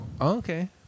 okay